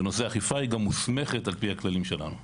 בנושא אכיפה היא גם מוסמכת על פי הכללים שלנו.